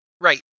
right